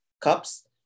cups